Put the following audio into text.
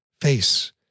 Face